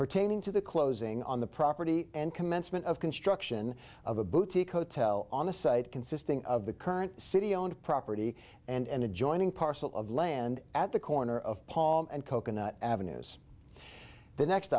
pertaining to the closing on the property and commencement of construction of a boutique hotel on the site consisting of the current city owned property and adjoining parcel of land at the corner of paul and coconut avenues the next